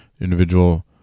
individual